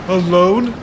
alone